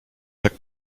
tak